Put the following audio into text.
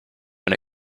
when